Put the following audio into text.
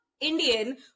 Indian